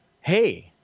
hey